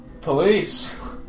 Police